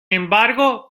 embargo